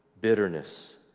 bitterness